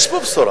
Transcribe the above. יש בו בשורה.